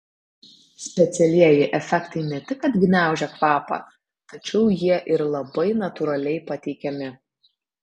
specialieji efektai ne tik kad gniaužia kvapą tačiau jie ir labai natūraliai pateikiami